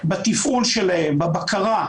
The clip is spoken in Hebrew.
בתפעול שלהם, בבקרה,